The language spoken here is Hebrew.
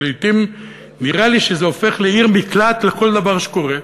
שלעתים נראה לי שזה הופך לעיר מקלט עם כל דבר שקורה,